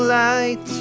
light